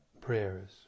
prayers